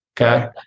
Okay